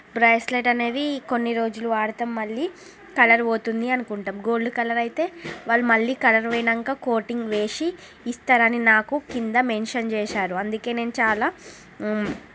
bracelet అనేది కొన్ని రోజులు వాడతాం మళ్ళీ కలర్ పోతుంది అనుకుంటాం గోల్డ్ కలర్ అయితే వాళ్ళు మళ్ళీ కలర్ పోయినాక వాళ్ళు కోటింగ్ వేసి ఇస్తారని నాకు కింద మెన్షన్ చేశారు అందుకే నేను చాలా